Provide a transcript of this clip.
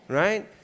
right